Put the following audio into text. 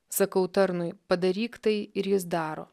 sakau tarnui padaryk tai ir jis daro